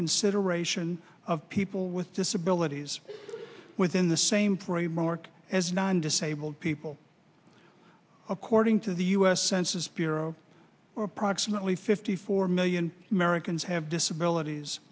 consideration of people with disabilities within the same three mark as non disabled people according to the u s census bureau approximately fifty four million americans have disabilities